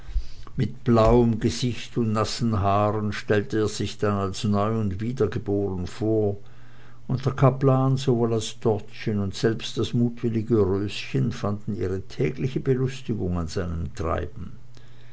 mit blauem gesicht und nassen haaren stellte er sich dann als neu und wiedergeboren vor und der kaplan sowohl als dortchen und selbst das mutwillige röschen fanden ihre tägliche belustigung an seinem treiben